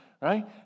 right